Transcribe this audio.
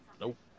Nope